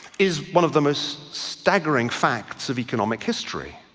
is one of the most staggering facts of economic history,